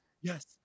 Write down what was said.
yes